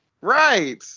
Right